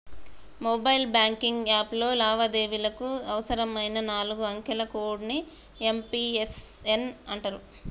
mobile banking యాప్లో లావాదేవీలకు అవసరమైన నాలుగు అంకెల కోడ్ ని యం.పి.ఎన్ అంటరు